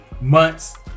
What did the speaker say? months